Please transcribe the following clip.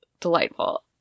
delightful